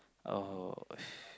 oh